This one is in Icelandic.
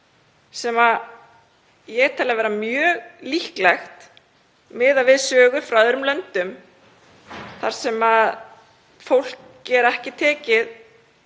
sem ég tel vera mjög líklegt miðað við sögur frá öðrum löndum þar sem fólki er ekki tekið